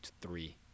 three